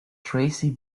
tracy